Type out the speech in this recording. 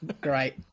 Great